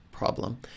problem